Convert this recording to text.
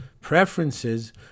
preferences